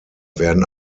werden